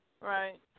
Right